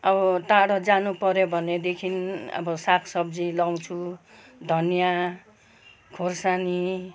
अब टाढो जानु पऱ्यो भनेदेखि अब साग सब्जी लाउँछु धनियाँ खोर्सानी